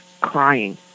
crying